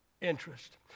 interest